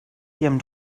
ihrem